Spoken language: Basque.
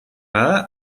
bada